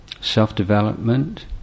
self-development